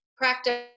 practice